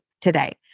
today